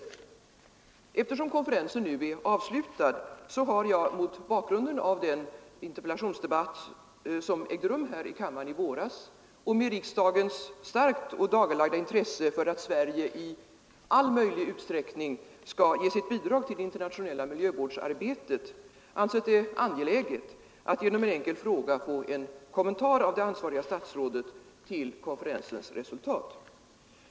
Eftersom konferensen nu är avslutad har jag mot bakgrunden av den interpellationsdebatt som ägde rum här i kammaren i våras och med riksdagens starkt ådagalagda intresse för att Sverige i all möjlig utsträckning skall ge sitt bidrag till det internationella miljövårdsarbetet ansett det angeläget att genom en enkel fråga få en kommentar till konferensens resultat av det ansvariga statsrådet.